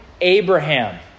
Abraham